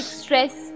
stress